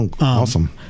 Awesome